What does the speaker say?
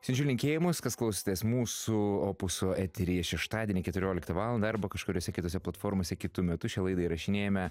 siunčiu linkėjimus kas klausotės mūsų opuso eteryje šeštadienį keturioliką valandą arba kažkuriose kitose platformose kitu metu šią laidą įrašinėjame